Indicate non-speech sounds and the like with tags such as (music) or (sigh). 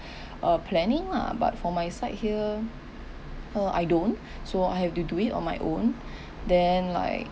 (breath) uh planning lah but for my side here uh I don't so I have to do it on my own then like